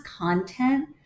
content